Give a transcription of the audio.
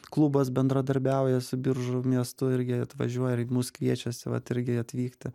klubas bendradarbiauja su biržų miestu irgi atvažiuoja ir mus kviečiasi vat irgi atvykti